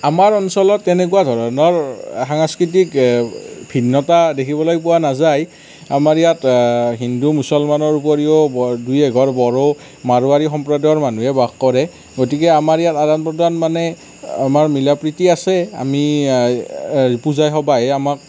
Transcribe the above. আমাৰ অঞ্চলত তেনেকুৱা ধৰণৰ সাংস্কৃতিক ভিন্নতা দেখিবলৈ পোৱা নাযায় আমাৰ ইয়াত হিন্দু মুছলমানৰ উপৰিও দুই এঘৰ বড়ো মাৰোৱাৰী সম্প্ৰদায়ৰ লোকে বাস কৰে গতিকে আমাৰ ইয়াত আদান প্ৰদান মানে মিলা প্ৰীতি আছে আমি পূজাই সবাহে আমাক